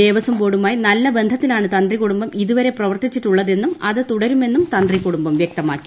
ദേവസ്വം ബോർഡുമായി നല്ല ബന്ധത്തിലാണ് തന്ത്രികുടുംബം ഇതുവരെ പ്രവർത്തിച്ചിട്ടുള്ളതെന്നും അത് തുടരുമെന്നും തന്ത്രി കുടുംബം വ്യക്തമാക്കി